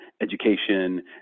education